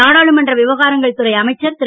நாடாளுமன்ற விவகாரங்கள் துறை அமைச்சர் திரு